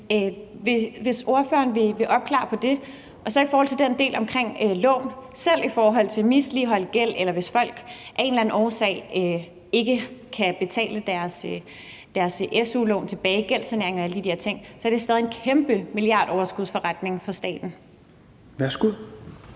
Vil ordføreren opklare det? I forhold til den del om lån er det selv i forhold til misligholdt gæld, eller hvis folk af en eller anden årsag ikke kan betale deres su-lån tilbage – gældssanering og alle de der ting – stadig en kæmpe milliardoverskudsforretning for staten. Kl.